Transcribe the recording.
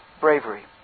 bravery